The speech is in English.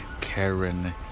Karen